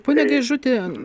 pone gaižuti